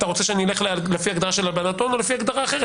אתה רוצה שאני אלך לפי הגדרת הלבנת הון או לפי הגדרה אחרת?